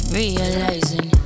realizing